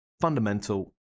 fundamental